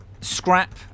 Scrap